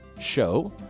show